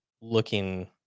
looking